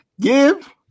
Give